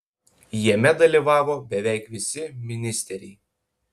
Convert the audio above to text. jame dalyvavo beveik visi ministeriai